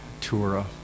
Tura